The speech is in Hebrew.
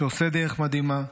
שעושה דרך מדהימה,